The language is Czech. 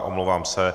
Omlouvám se.